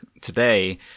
today